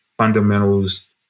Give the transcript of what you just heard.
fundamentals